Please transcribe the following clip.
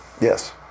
Yes